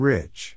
Rich